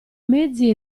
mezzi